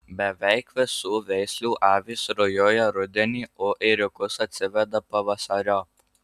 beveik visų veislių avys rujoja rudenį o ėriukus atsiveda pavasariop